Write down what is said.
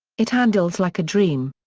it handles like a dream.